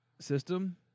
system